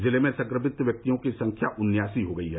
जिले में संक्रमित व्यक्तियों की संख्या उन्यासी हो गई है